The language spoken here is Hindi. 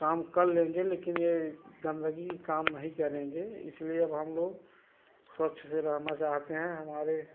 काम कर लेंगे लेकिन ये गंदगी काम नहीं करेंगे इसलिए अब हम लोग स्वच्छ से रहना चाहते हैं हमारे